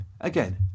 Again